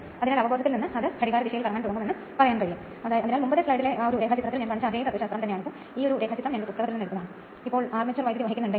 അതിനാൽ 2 തരം rotor winding ഉപയോഗിക്കുക ഒന്ന് ഇൻസുലേറ്റഡ് വയർ ഉപയോഗിച്ച് നിർമ്മിച്ച പരമ്പരാഗത 3 phase winding wound rotor induction മോട്ടോറിൽ